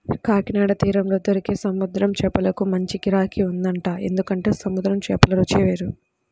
కాకినాడ తీరంలో దొరికే సముద్రం చేపలకు మంచి గిరాకీ ఉంటదంట, ఎందుకంటే సముద్రం చేపల రుచే వేరు